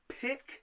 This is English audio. pick